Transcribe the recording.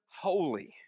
holy